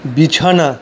বিছানা